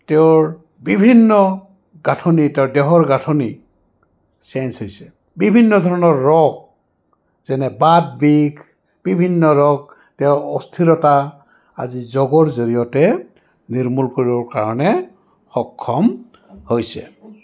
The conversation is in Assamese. তেওঁৰ বিভিন্ন গাঁথনি তেওঁৰ দেহৰ গাঁথনি চেঞ্জ হৈছে বিভিন্ন ধৰণৰ ৰোগ যেনে বাট বিষ বিভিন্ন ধৰক তেওঁৰ অস্থিৰতা আজি যোগৰ জৰিয়তে নিৰ্মূল কৰিবৰ কাৰণে সক্ষম হৈছে